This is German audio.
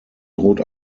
droht